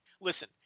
Listen